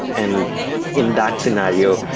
and in that scenario,